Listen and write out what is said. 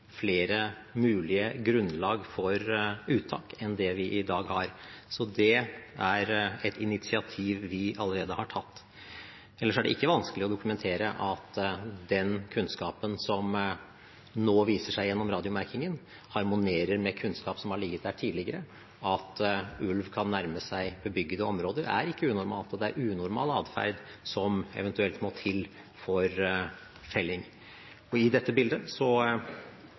flere mulige grunnlag for uttak enn det vi i dag har. Så det er et initiativ vi allerede har tatt. Ellers er det ikke vanskelig å dokumentere at den kunnskapen som nå viser seg gjennom radiomerkingen, harmonerer med kunnskap som har ligget der tidligere. At ulv kan nærme seg bebygde områder, er ikke unormalt, og det er unormal adferd som eventuelt må til for felling. I dette bildet